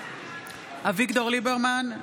אביגדור ליברמן,